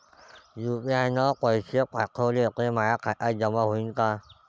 UPI न पैसे पाठवले, ते माया खात्यात जमा होईन का?